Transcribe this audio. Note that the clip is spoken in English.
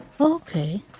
Okay